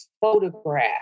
photograph